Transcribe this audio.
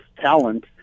talent